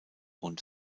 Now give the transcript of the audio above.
und